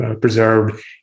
preserved